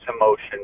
emotion